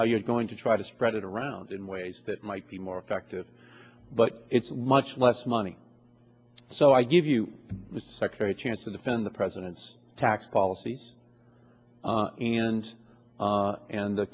how you're going to try to spread it around in ways that might be more effective but it's much less money so i give you the secretary chance in the found the president's tax policies and and the